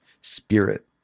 spirit